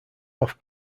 off